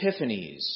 epiphanies